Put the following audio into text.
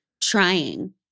trying